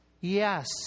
Yes